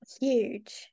huge